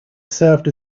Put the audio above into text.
served